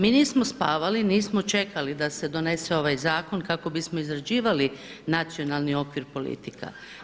Mi nismo spavali, nismo čekali da se donese ovaj zakon kako bismo izrađivali nacionalni okvir politika.